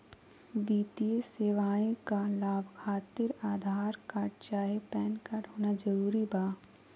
वित्तीय सेवाएं का लाभ खातिर आधार कार्ड चाहे पैन कार्ड होना जरूरी बा?